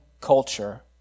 culture